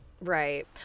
Right